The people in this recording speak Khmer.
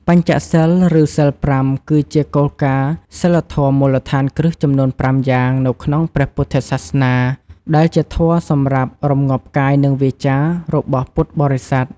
បញ្ចសីល ឬ សីល ៥ គឺជាគោលការណ៍សីលធម៌មូលដ្ឋានគ្រឹះចំនួនប្រាំយ៉ាងនៅក្នុងព្រះពុទ្ធសាសនា ដែលជាធម៌សម្រាប់ រម្ងាប់កាយ និងវាចា របស់ពុទ្ធបរិស័ទ។